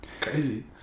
Crazy